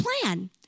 plan